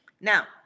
Now